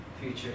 future